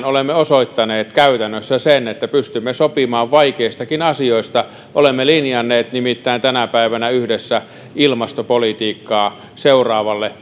olemme osoittaneet käytännössä sen että pystymme sopimaan vaikeistakin asioista olemme linjanneet nimittäin tänä päivänä yhdessä ilmastopolitiikkaa seuraavalle vaalikaudelle